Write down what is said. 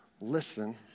listen